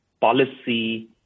policy